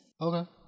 Okay